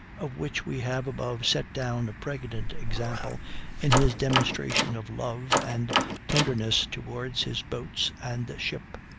of which we have above set down a pregnant example in his demonstration of love and tenderness towards his boats and ship.